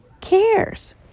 cares